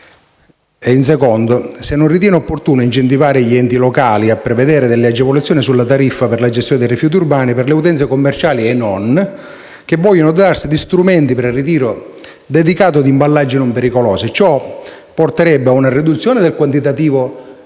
chiedo se non ritenga opportuno incentivare gli enti locali a prevedere delle agevolazioni sulla tariffa per la gestione dei rifiuti urbani per le utenze, commerciali e non, che vogliono darsi gli strumenti per il ritiro dedicato di imballaggi non pericolosi. Ciò porterebbe ad una riduzione del quantitativo della